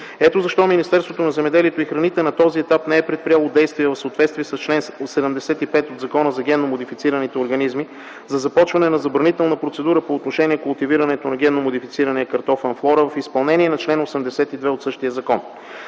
Ето защо Министерството на земеделието и храните, на този етап не е предприело действия в съответствие с чл. 75 от Закона за генно модифицираните организми за започване на забранителна процедура по отношение култивирането на генно модифицирания картоф „Амфлора”, в изпълнение на чл. 82 от същия закон.